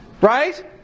Right